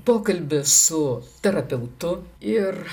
pokalbis su terapeutu ir